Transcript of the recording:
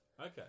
Okay